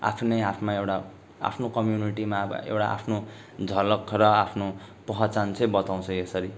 आफ्नै आफ्ना एउटा आफ्नो कम्युनिटीमा अब एउटा आफ्नो झलक र आफ्नो पहिचान चाहिँ बताउँछ यसरी